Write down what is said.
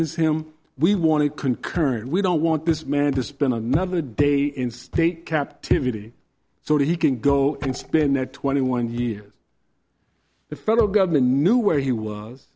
him we want to concur and we don't want this man to spend another day in state captivity so that he can go and spend the twenty one years the federal government knew where he was